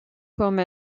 comme